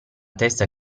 testa